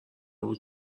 بود